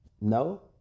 No